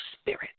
spirit